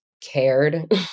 cared